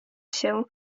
się